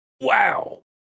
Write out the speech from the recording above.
wow